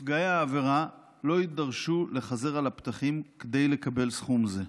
נפגעי העבירה לא יידרשו לחזר על הפתחים כדי לקבל סכום זה.